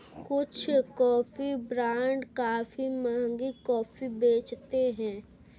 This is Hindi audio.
कुछ कॉफी ब्रांड काफी महंगी कॉफी बेचते हैं